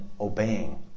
obeying